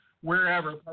wherever